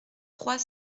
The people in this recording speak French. trois